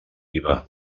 viva